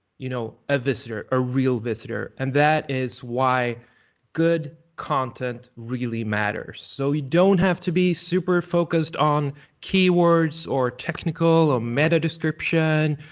you know, a visitor, a real visitor. and that is why good content really matters. so you don't have to be super focused on keywords, or technical, or meta description,